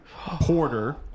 Porter